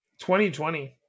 2020